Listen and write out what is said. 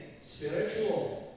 spiritual